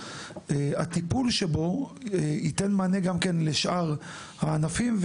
הטיפול שבו ייתן מענה גם לשאר הענפים,